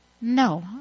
No